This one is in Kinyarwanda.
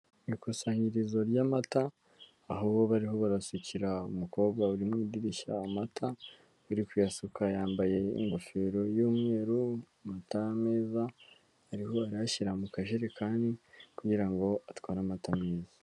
Ikusanyirizo ry'amata aho bo bariho barasukira umukobwa uri mu idirishya amata, uri kuyasuka yambaye ingofero y'umweru amata meza ariho arayashyira mu kajerekani kugira ngo atware amata meza.